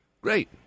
Great